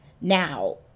Now